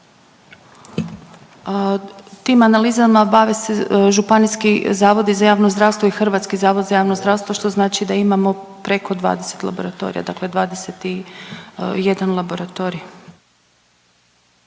Tim analizama bave se županijski zavodi za javno zdravstvo i Hrvatski zavod za javno zdravstvo što znači da imamo preko 20 laboratorija, dakle 21 laboratorij.